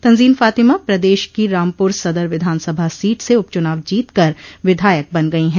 तंजीन फातिमा प्रदेश की रामपुर सदर विधानसभा सीट से उपचुनाव जीतकर विधायक बन गई है